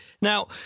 Now